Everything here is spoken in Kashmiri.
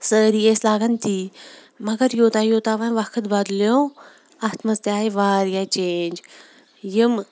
سٲری ٲسۍ لاگان تی مگر یوٗتاہ یوٗتاہ وۄنۍ وقت بَدلیو اَتھ منٛز تہِ آے واریاہ چینٛج یِم